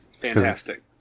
Fantastic